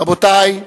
רבותי,